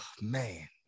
man